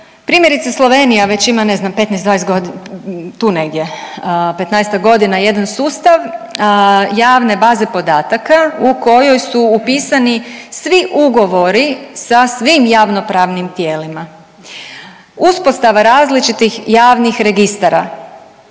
primjerice Slovenija već ima ne znam 15.-20.g., tu negdje, 15-tak godina jedan sustav javne baze podataka u kojoj su upisani svi ugovori sa svim javnopravnim tijelima. Uspostava različitih javnih registara